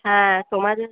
হ্যাঁ তোমাদের